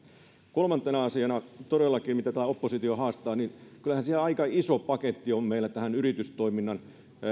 kolmantena asiana mitä oppositio haastaa kyllähän meillä aika iso paketti on yritystoiminnan